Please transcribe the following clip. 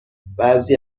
بعضی